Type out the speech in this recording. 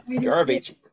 garbage